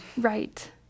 right